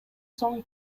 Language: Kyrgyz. соң